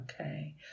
Okay